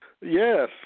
yes